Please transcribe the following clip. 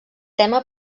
tema